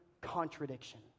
contradiction